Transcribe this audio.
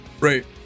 right